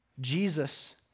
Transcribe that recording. Jesus